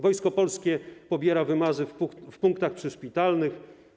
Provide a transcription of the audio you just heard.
Wojsko Polskie pobiera wymazy w punktach przyszpitalnych.